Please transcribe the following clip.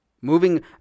moving